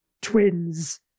twins